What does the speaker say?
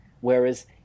Whereas